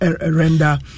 render